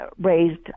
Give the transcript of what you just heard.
raised